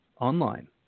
online